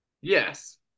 Yes